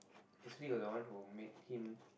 Sri was the one who made him